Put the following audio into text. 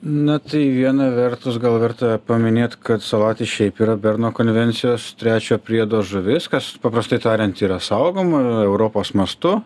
na tai viena vertus gal verta paminėt kad salatis šiaip yra berno konvencijos trečio priedo žuvis kas paprastai tariant yra saugoma europos mastu